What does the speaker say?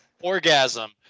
orgasm